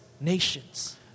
nations